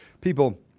People